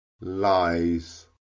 lies